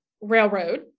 railroad